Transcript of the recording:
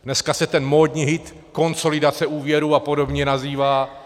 Dneska se ten módní hit konsolidace úvěrů a podobně nazývá.